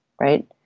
right